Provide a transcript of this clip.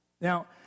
Now